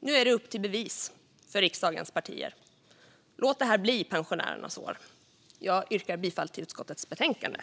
Nu är det upp till bevis för riksdagens partier. Låt det här bli pensionärernas år! Jag yrkar bifall till förslaget i utskottets betänkande.